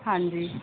ਹਾਂਜੀ